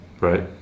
Right